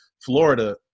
Florida